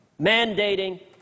mandating